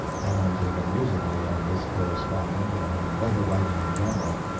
commenting amusingly on this correspondent and on letter-writing in general.